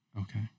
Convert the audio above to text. Okay